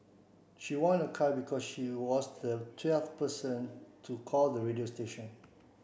she won a car because she was the twelfth person to call the radio station